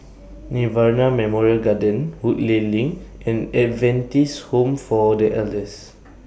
Nirvana Memorial Garden Woodleigh LINK and Adventist Home For The Elders